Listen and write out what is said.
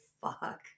fuck